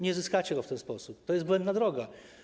Nie zyskacie go w ten sposób, to jest błędna droga.